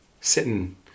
sitting